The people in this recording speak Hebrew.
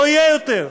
לא יהיה יותר.